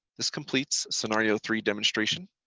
this completes scenario three demonstration.